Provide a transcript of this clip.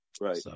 Right